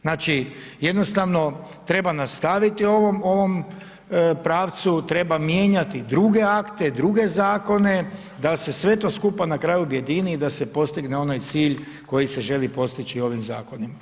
Znači, jednostavno treba nastaviti u ovom pravcu, treba mijenjati druge akte, druge Zakone da se sve to skupa na kraju objedini i da se postigne onaj cilj koji se želi postići ovim Zakonima.